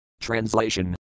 Translation